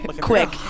Quick